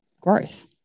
growth